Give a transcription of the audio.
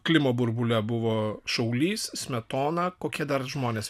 klimo burbule buvo šaulys smetoną kokia dar žmonės